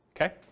okay